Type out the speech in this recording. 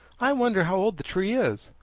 i wonder how old the tree is!